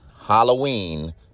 Halloween